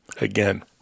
Again